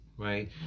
Right